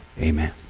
Amen